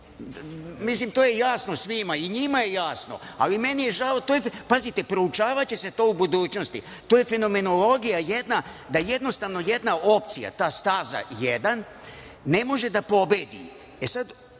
to je jasno svima i njima je jasno, ali meni je žao, pazite proučavaće se to u budućnosti. To je fenomenologija jedna da jednostavno jedna opcija, ta staza jedan ne može da pobedi.